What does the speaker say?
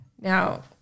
Now